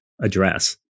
address